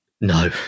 No